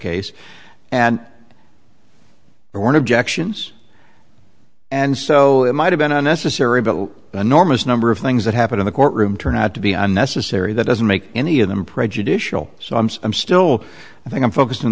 case and there were objections and so it might have been unnecessary but an enormous number of things that happened in the courtroom turn out to be unnecessary that doesn't make any of them prejudicial so i'm so i'm still i think i'm focused on